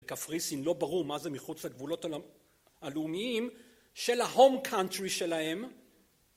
קפריסין אם לא ברור מה זה מחוץ לגבולות הלאומיים של ה-home country שלהם